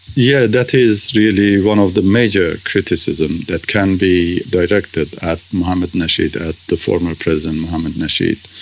yeah, that is really one of the major criticisms that can be directed at mohamed nasheed, at the former president mohamed nasheed.